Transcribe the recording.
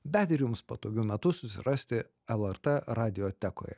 bet ir jums patogiu metu susirasti lrt radijotekoje